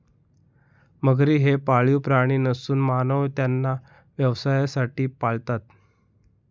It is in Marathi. मगरी हे पाळीव प्राणी नसून मानव त्यांना व्यवसायासाठी पाळतात